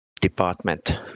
department